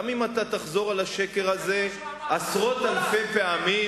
גם אם תחזור על השקר הזה עשרות אלפי פעמים,